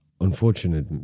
unfortunate